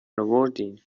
آوردین